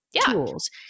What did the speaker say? tools